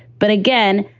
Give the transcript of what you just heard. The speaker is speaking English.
but again,